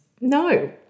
No